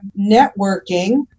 networking